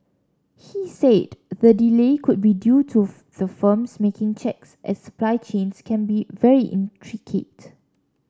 he said the delay could be due to the firms making checks as supply chains can be very intricate